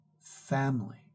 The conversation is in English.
family